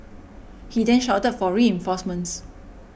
he then shouted for reinforcements